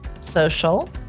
social